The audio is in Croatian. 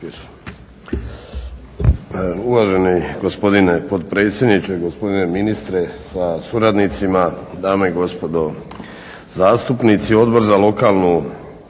Uvaženi gospodine potpredsjedniče, gospodine ministre sa suradnicima, dame i gospodo zastupnici. Odbor za lokalnu